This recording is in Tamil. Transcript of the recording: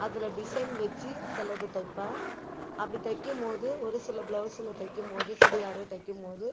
அதில் டிசைன் வச்சு சிலது தைப்பேன் அப்படி தைக்கும் போது ஒரு சில பிளௌஸுசுங்க தைக்கும் போது சுடிதாரு தைக்கும் மோது